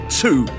two